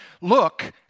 look